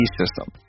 system